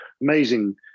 amazing